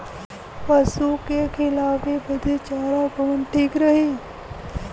पशु के खिलावे बदे चारा कवन ठीक रही?